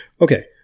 Okay